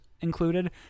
included